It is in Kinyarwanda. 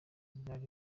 bwari